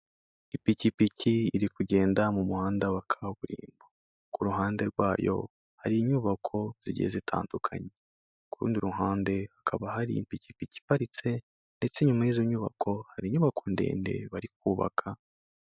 Ipikipiki iri kugenda mu muhanda wa kaburimbo, ku ruhande rwayo hari inyubako zigiye zitandukanye, ku rundi ruhande hakaba hari ipikipiki iparitse ndetse inyuma y'izo nyubako hari inyubako ndende bari kubaka.